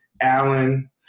Allen